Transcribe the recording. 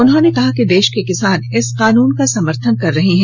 उन्होंने कहा कि देश के किसान इस कानून का समर्थन कर रहे हैं